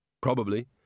Probably